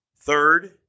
third